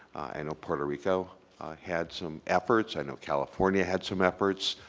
i know puerto rico had some efforts, i know california had some efforts,